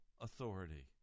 authority